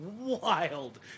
wild